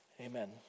Amen